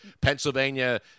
Pennsylvania